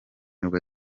nibwo